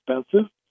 expensive